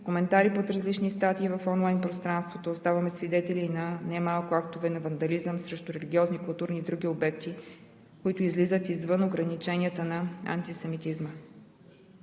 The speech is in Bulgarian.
коментари под различни статии в онлайн пространството. Ставаме свидетели и на немалко актове на вандализъм срещу религиозни, културни и други обекти, които излизат извън ограниченията на антисемитизма.